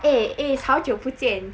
eh eh s~ 好久不见